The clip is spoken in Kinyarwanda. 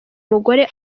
mugore